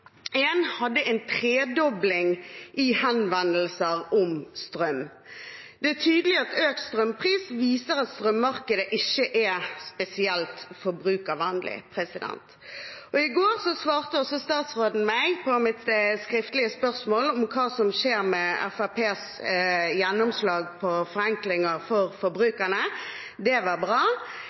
hadde en tredobling i henvendelser om strøm. Det er tydelig at økt strømpris viser at strømmarkedet ikke er spesielt forbrukervennlig. I går svarte også statsråden meg på mitt skriftlige spørsmål om hva som skjer med Fremskrittspartiets gjennomslag for forenklinger for forbrukerne. Det var bra.